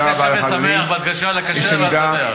חג כשר ושמח, בהדגשה על הכשר והשמח.